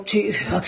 Jesus